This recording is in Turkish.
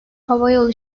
havayolu